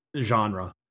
genre